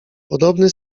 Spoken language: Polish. podobny